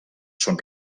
són